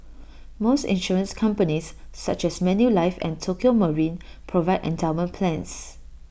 most insurance companies such as Manulife and Tokio marine provide endowment plans